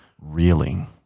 reeling